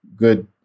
good